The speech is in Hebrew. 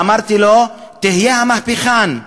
ואמרתי לו: תהיה המהפכן,